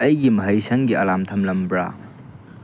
ꯑꯩꯒꯤ ꯃꯍꯩ ꯁꯪꯒꯤ ꯑꯦꯂꯥꯔꯝ ꯊꯝꯂꯝꯕ꯭ꯔꯥ